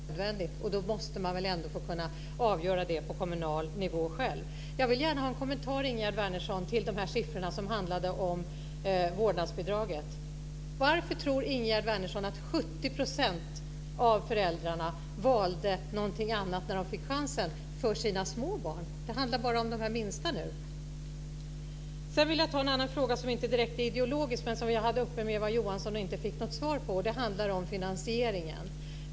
Fru talman! Det beror möjligen på att vi litar på våra kommunala politiker. Man måste väl själv ändå få avgöra det på kommunal nivå. Jag vill gärna ha en kommentar, Ingegerd Wärnersson, till de siffror som handlar om vårdnadsbidraget. Varför tror Ingegerd Wärnersson att 70 % av föräldrarna valde någonting annat för sina små barn när de fick chansen? Det handlar bara om de minsta barnen nu. Sedan vill jag ta upp en annan fråga som inte är direkt ideologisk men som jag tog upp med Eva Johansson och inte fick något svar på. Det handlar om finansieringen.